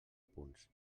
punts